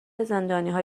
زندانیها